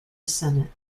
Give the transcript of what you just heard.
senate